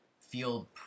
feel